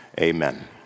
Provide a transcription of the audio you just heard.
amen